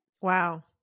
Wow